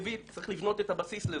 צריך לבנות את הבסיס לזה.